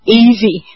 easy